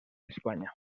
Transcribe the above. españa